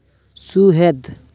ᱥᱩᱦᱮᱫ